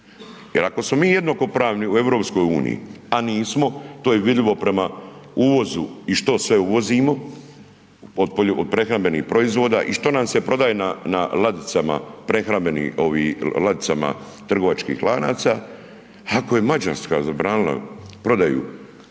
Jer ako smo mi jednakopravni u EU, a nismo, to je vidljivo prema uvozu i što sve uvozimo od prehrambenih proizvoda i što nam se prodaje na ladicama prehrambenim ladicama trgovačkih lanaca. Ako je Mađarska zabranila prodaju